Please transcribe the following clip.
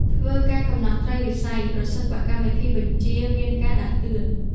ធ្វើការកំណត់ត្រីវិស័យ ប្រសិនបើកម្មវិធីបញ្ជាមានការដាស់តឿន។